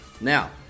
Now